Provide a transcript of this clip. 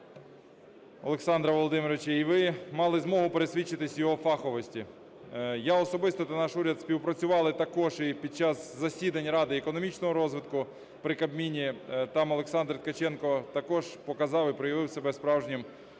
Олександра Володимировича. І ви мали змогу пересвідчитись в його фаховості. Я особисто та наш уряд співпрацювали також і під час засідань Ради економічного розвитку при Кабміні. Там Олександр Ткаченко також показав і проявив себе справжнім